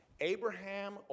Abraham